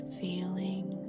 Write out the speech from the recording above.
feeling